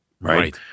right